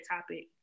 topic